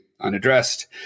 unaddressed